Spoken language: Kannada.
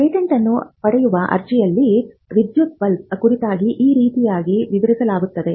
ಪೇಟೆಂಟನ್ನು ಪಡೆಯುವ ಅರ್ಜಿಯಲ್ಲಿ ವಿದ್ಯುತ್ ಬಲ್ಬ್ ಕುರಿತಾಗಿ ಈ ರೀತಿಯಾಗಿ ವಿವರಿಸಲಾಗುತ್ತದೆ